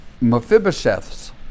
Mephibosheth's